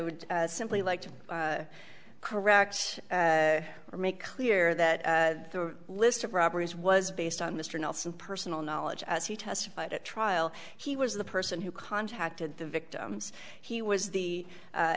would simply like to correct or make clear that the list of robberies was based on mr nelson personal knowledge as he testified at trial he was the person who contacted the victims he was the